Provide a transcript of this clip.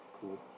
cool